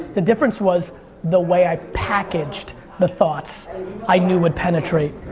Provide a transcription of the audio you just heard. the difference was the way i packaged the thoughts i knew would penetrate.